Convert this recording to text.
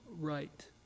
right